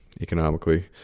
economically